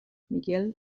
miguel